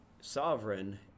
sovereign